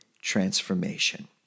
transformation